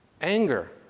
anger